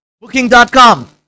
Booking.com